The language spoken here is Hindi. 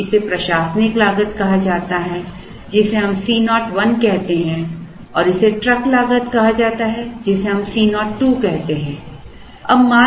अब इसे प्रशासनिक लागत कहा जाता है जिसे हम C 0 1 कहते हैं और इसे ट्रक लागत कहा जाता है जिसे C 0 2 कहा जाता है